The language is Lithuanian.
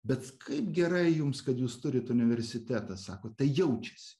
bet kaip gerai jums kad jūs turit universitetą sako tai jaučiasi